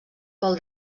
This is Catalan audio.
pel